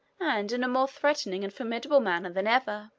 and in a more threatening and formidable manner than ever.